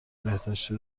بهداشتی